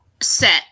set